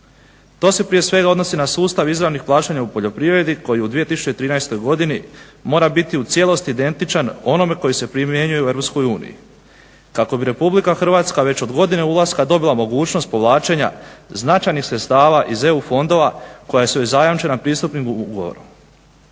To se prije svega odnosi na sustav izravnih plaćanja u poljoprivredi je u 2013. godini mora biti u cijelosti identičan onome koji se primjenjuje u EU kako bi RH već od godine ulaska dobila mogućnost povlačenja značajnih sredstava iz EU fondova koja su joj zajamčeni pristupnim ugovorom.